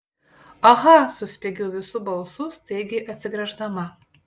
aha suspiegiau visu balsu staigiai atsigręždama